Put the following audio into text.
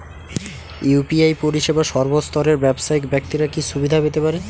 UPI পরিসেবা সর্বস্তরের ব্যাবসায়িক ব্যাক্তিরা কি সুবিধা পেতে পারে?